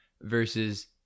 versus